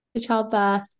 childbirth